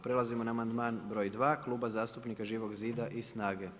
Prelazimo na amandman br. 2. Kluba zastupnika Živog zida i snage.